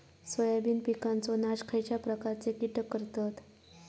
Soybean पिकांचो नाश खयच्या प्रकारचे कीटक करतत?